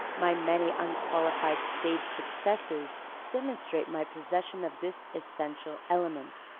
my many unqualified stage successes demonstrate my possession of this essential element,